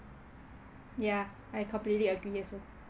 ya I completely agree also